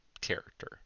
character